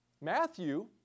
Matthew